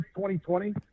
2020